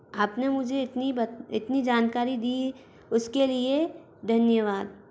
आपने मुझे इतनी बत इतनी जानकारी दी उसके लिए धन्यवाद